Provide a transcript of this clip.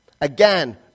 Again